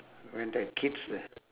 when there're kids there